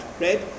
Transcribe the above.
right